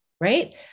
Right